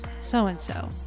so-and-so